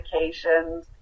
medications